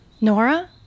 Nora